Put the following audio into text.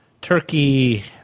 turkey